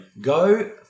go